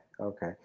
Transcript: okay